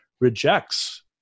rejects